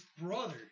brother